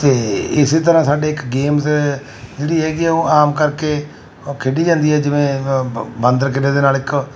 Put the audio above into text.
ਅਤੇ ਇਸੇ ਤਰ੍ਹਾਂ ਸਾਡੇ ਇੱਕ ਗੇਮਸ ਜਿਹੜੀ ਹੈਗੀ ਆ ਉਹ ਆਮ ਕਰਕੇ ਖੇਡੀ ਜਾਂਦੀ ਹੈ ਜਿਵੇਂ ਬ ਬਾਂਦਰ ਕਿੱਲੇ ਦੇ ਨਾਲ ਇੱਕ